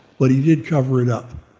but he did cover it up.